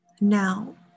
Now